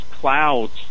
clouds